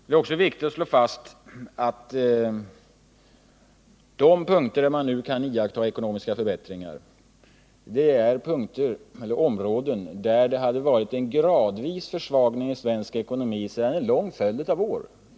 Det är också viktigt att slå fast att det inom de områden där man nu kan iaktta ekonomiska förbättringar hade skett en gradvis försvagning i svensk ekonomi sedan en lång följd av år tillbaka.